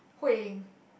Hui-Ying